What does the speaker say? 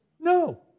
No